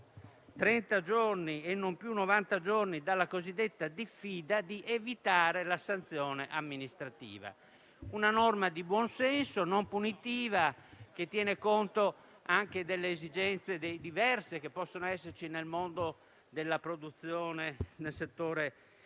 giorni - e non più novanta - dalla cosiddetta diffida, di evitare la sanzione amministrativa. Si tratta di una norma di buonsenso, non punitiva, che tiene conto anche delle diverse esigenze che possono esserci nel mondo della produzione nel settore agricolo.